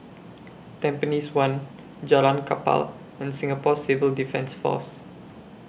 Tampines one Jalan Kapal and Singapore Civil Defence Force